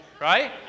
right